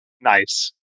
Nice